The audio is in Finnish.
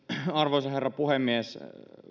arvoisa herra puhemies